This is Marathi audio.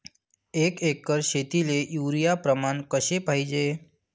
एक एकर शेतीले युरिया प्रमान कसे पाहिजे?